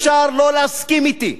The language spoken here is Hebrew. אפשר לא להסכים אתי,